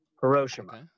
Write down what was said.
Hiroshima